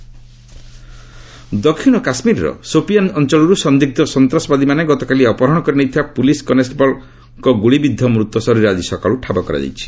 JK abducted ଦକ୍ଷିଣ କାଶ୍ମୀରର ସୋପିଆନ୍ ଅଞ୍ଚଳରୁ ସନ୍ଦିଗ୍ର ସନ୍ତାସବାଦୀମାନେ ଗତକାଲି ଅପହରଣ କରି ନେଇଥିବା ପ୍ରଲିସ୍ କନେଷ୍ଠବଳଙ୍କ ଗ୍ରଳିବିଦ୍ଧ ମୃତ ଶରୀର ଆଜି ସକାଳ୍ ଠାବ କରାଯାଉଛି